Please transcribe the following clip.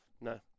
No